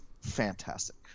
Fantastic